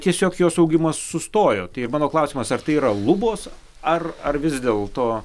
tiesiog jos augimas sustojo tai ir mano klausimasar tai yra lubos ar ar vis dėlto